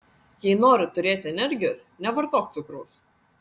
jei nori turėti energijos nevartok cukraus